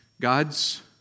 God's